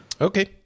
Okay